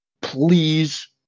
please